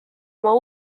oma